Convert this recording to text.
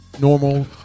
Normal